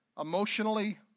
emotionally